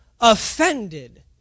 offended